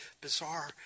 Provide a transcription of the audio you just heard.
bizarre